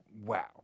wow